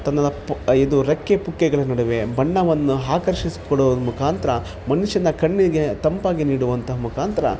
ತನ್ನ ಪ ಇದು ರೆಕ್ಕೆ ಪುಕ್ಕೆಗಳ ನಡುವೆ ಬಣ್ಣವನ್ನು ಆಕರ್ಷಿಸಿ ಕೊಡೋ ಮುಖಾಂತ್ರ ಮನುಷ್ಯನ ಕಣ್ಣಿಗೆ ತಂಪಾಗಿ ನೀಡುವಂಥ ಮುಖಾಂತ್ರ